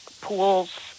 pools